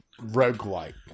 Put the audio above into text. roguelike